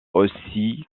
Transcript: aussi